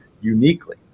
uniquely